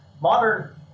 Modern